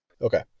Okay